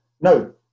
No